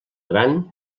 gran